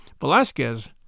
Velasquez